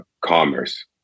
commerce